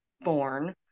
born